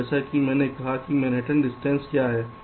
तो जैसा कि मैंने कहा कि मैनहट्टन दूरी क्या है